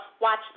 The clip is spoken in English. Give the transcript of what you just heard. Watch